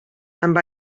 amb